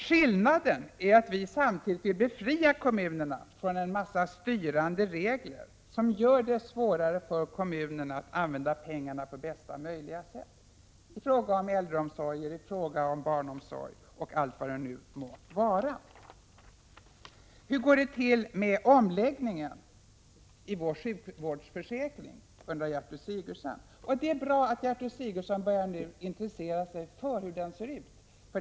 Skillnaden är att vi samtidigt vill befria kommunerna från en mängd styrande regler, som gör det svårare för kommunerna att använda pengarna på bästa möjliga sätt i ftråga om äldreomsorg, barnomsorg och allt vad det nu kan vara. Hur går det till vid omläggningen när det gäller vår sjukvårdsförsäkring, frågade Gertrud Sigurdsen. Det är bra att Gertrud Sigurdsen börjar intressera sig för hur den ser ut.